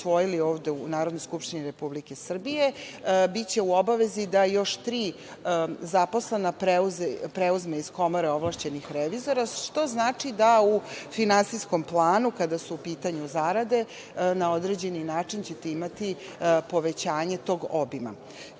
u Narodnoj skupštini Republike Srbije biće u obavezi da još tri zaposlena preuzme iz Komore ovlašćenih revizora, što znači da u finansijskom planu, kada su u pitanju zarade na određeni način ćete imati povećanje tog obima. Kada